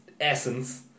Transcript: essence